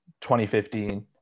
2015